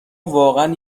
واقعا